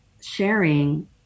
sharing